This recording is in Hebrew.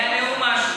זה היה נאום משהו.